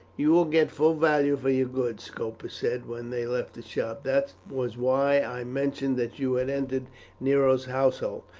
you will get full value for your goods, scopus said when they left the shop that was why i mentioned that you had entered nero's household,